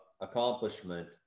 accomplishment